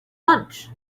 lunch